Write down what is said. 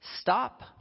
Stop